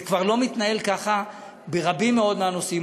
זה כבר לא מתנהל ככה ברבים מאוד מהנושאים.